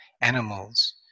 animals